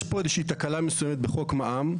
יש פה איזושהי תקלה מסוימת בחוק מע"מ,